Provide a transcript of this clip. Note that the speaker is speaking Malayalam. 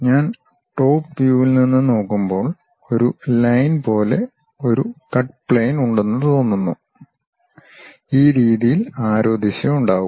ഞാൻ ടോപ് വ്യൂവിൽ നിന്ന് നോക്കുമ്പോൾ ഒരു ലൈൻ പോലെ ഒരു കട്ട് പ്ലെയിൻ ഉണ്ടെന്ന് തോന്നുന്നു ഈ രീതിയിൽ ആരോ ദിശ ഉണ്ടാകും